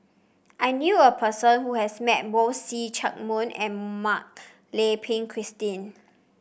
I knew a person who has met both See Chak Mun and Mak Lai Peng Christine